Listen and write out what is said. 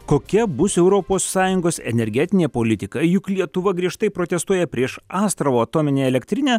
kokia bus europos sąjungos energetinė politika juk lietuva griežtai protestuoja prieš astravo atominę elektrinę